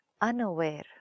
unaware